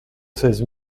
seize